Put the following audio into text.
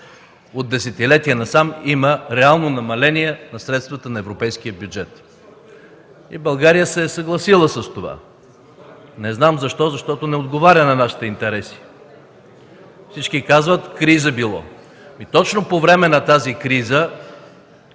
от десетилетия насам има реално намаление на средствата на европейския бюджет и България се е съгласила с това. Не знам защо, защото не отговаря на нашите интереси. Всички казват – криза било! Точно по време на тази криза,